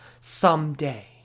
someday